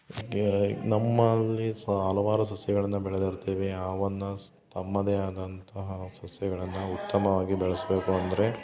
ಗೇ ನಮ್ಮಲ್ಲಿ ಸಾ ಹಲವಾರು ಸಸ್ಯಗಳನ್ನ ಬೆಳೆದಿರುತ್ತೇವೆ ಆವನ್ನ ಸ್ ತಮ್ಮದೇ ಆದಂತಹ ಸಸ್ಯಗಳನ್ನ ಉತ್ತಮವಾಗಿ ಬೆಳೆಸಬೇಕು ಅಂದರೆ